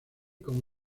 como